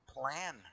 plan